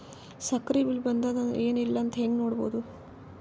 ಸಕ್ರಿ ಬಿಲ್ ಬಂದಾದ ಏನ್ ಇಲ್ಲ ಅಂತ ಹೆಂಗ್ ನೋಡುದು?